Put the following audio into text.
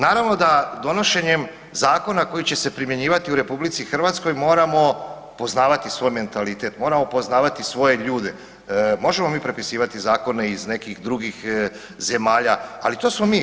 Naravno da donošenjem zakona koji će se primjenjivati u RH moramo poznavati svoj mentalitet, moramo poznavati svoje ljude, možemo mi prepisivati zakone iz nekih drugih zemalja, ali to smo mi.